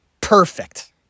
perfect